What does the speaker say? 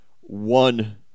one